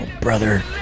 brother